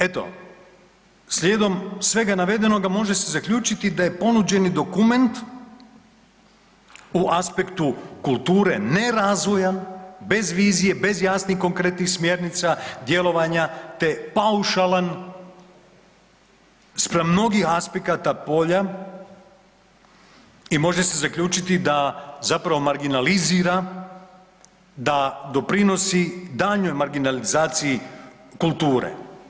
Eto, slijedom svega navedenoga može se zaključiti da je ponuđeni dokument u aspektu kulture nerazvojan, bez vizije, bez jasnih konkretnih smjernica djelovanja te paušalan spram mnogih aspekata polja i može se zaključiti da zapravo marginalizira da doprinosi daljnjoj marginalizaciji kulture.